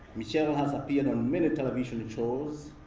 michelle has appeared on many television and shows